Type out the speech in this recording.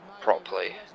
properly